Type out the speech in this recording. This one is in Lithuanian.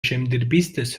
žemdirbystės